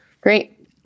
Great